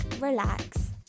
relax